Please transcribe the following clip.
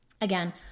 Again